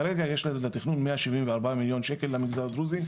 כרגע יש לנו את התכנון מאה שבעים וארבע מיליון שקל למגזר הדרוזי,